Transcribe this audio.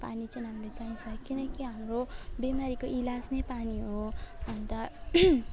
पानी चाहिँ हामीलाई चाहिन्छ किनकि हाम्रो बिमारीको इलाज नै पानी हो अन्त